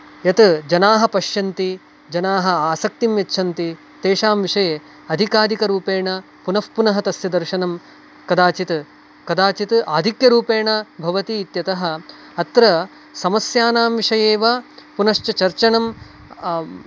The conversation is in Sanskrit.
यत् जनाः पश्यन्ति जनाः आसक्तिं यच्छन्ति तेषां विषये अधिकाधिकरूपेण पुनःपुनः तस्य दर्शनं कदाचित् कदाचित् आधिक्यरूपेण भवति इत्यतः अत्र समस्यानां विषयैव पुनश्च चर्चनं